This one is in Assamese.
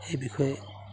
সেই বিষয়ে